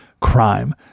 crime